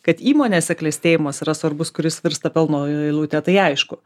kad įmonėse klestėjimas yra svarbus kuris virsta pelno eilute tai aišku